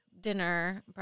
dinner